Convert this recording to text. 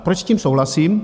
Proč s tím souhlasím?